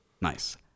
Nice